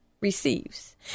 receives